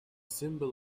symbol